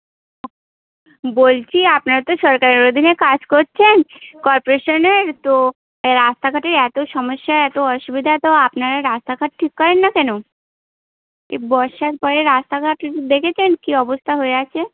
বলছি আপনারা তো সরকারের অধীনে কাজ করছেন কর্পোরেশানে তো এ রাস্তাঘাটের এতো সমস্যা এতো অসুবিধা তো আপনারা রাস্তাঘাট ঠিক করেন না কেন এই বর্ষার পরে রাস্তাঘাট দেখেছেন কী অবস্থা হয়ে আছে